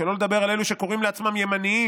שלא לדבר על אלה שקוראים לעצמם ימנים,